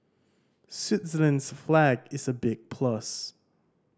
Switzerland's flag is a big plus